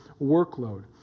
workload